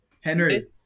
Henry